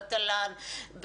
בתל"ן,